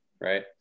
right